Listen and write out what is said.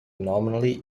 nominally